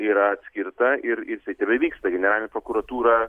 yra atskirta ir ir jisai tebevyksta generalinė prokuratūra